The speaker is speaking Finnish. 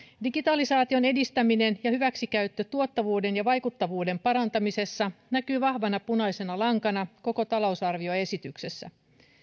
digitalisaation edistäminen ja hyväksikäyttö tuottavuuden ja vaikuttavuuden parantamisessa näkyy vahvana punaisena lankana koko talousarvioesityksessä